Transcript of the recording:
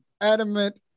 adamant